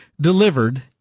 delivered